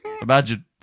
imagine